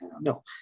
No